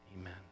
amen